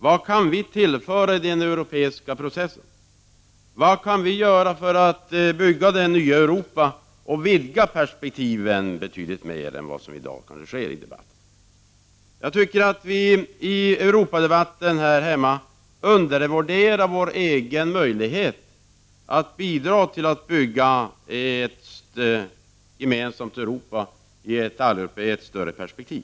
Vad kan vi tillföra den europeiska processen? Vad kan vi göra för att bygga det nya Europa och vidga perspektiven betydligt mer än vad som görs i dag? Jag tycker att vi i Europadebatten här hemma undervärderar våra egna möjligheter att bidra till att bygga ett gemensamt Europa i ett alleuropeiskt större perspektiv.